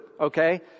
Okay